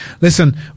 Listen